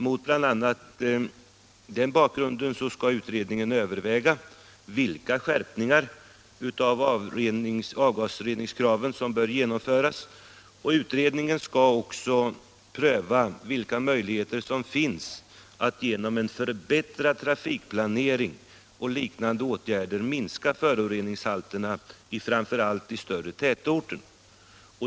Mot bl.a. den bakgrunden skall utredningen överväga vilka skärpningar av avgasreningskraven som bör genomföras. Utredningen skall också pröva vilka möjligheter som finns att genom en förbättrad trafikplanering och liknande åtgärder minska föroreningshalterna i framför allt de större tätorterna.